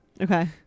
Okay